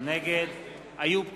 נגד איוב קרא,